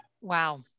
Wow